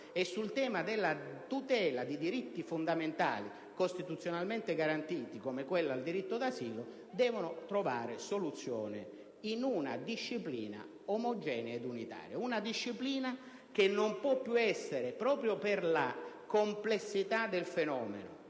e sul tema della tutela dei diritti fondamentali costituzionalmente garantiti, come il diritto di asilo, e che devono trovare soluzione in una disciplina omogenea e unitaria. Si tratta di una disciplina che, da un lato, proprio per la complessità del fenomeno